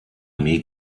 armee